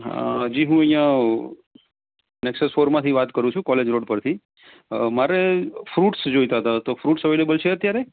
અ જી હું અહિયાં નેસકસોર માંથી વાત કરું છું કોલેજ રોડ પરથી મારે ફૂડ્સ જોઈતા તો ફૂડ્સ અવેલેબલ છે અતારે